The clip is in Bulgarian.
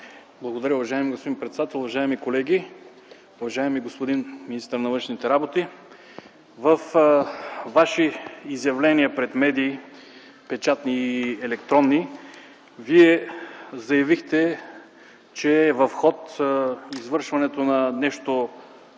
Благодаря, уважаеми господин председател. Уважаеми колеги! Уважаеми господин министър на външните работи, във Ваше изявление пред печатни и електронни медии заявихте, че е в ход извършването на нещо